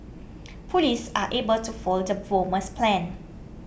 police are able to foil the bomber's plans